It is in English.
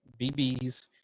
BBs